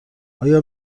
آیا